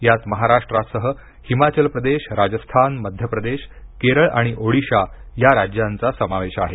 यात महाराष्ट्रासह हिमाचल प्रदेश राजस्थान मध्य प्रदेश केरळ आणि ओडिशा राज्यांचा समावेश आहे